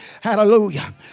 Hallelujah